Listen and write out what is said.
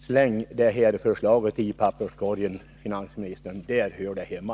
Släng förslaget i papperskorgen, finansministern, där hör det hemma.